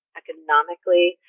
economically